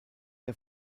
der